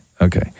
Okay